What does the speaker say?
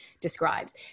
describes